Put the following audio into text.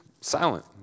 silent